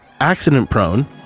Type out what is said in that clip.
accident-prone